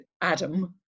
Adam